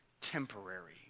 temporary